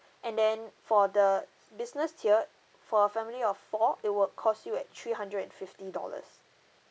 and then for the business tier for a family of four it would cost you at three hundred and fifty dollars